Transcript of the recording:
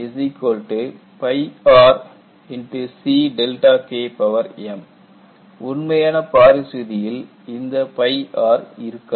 dadNR CKm உண்மையான பாரிஸ் விதியில் இந்த R இருக்காது